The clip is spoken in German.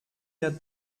der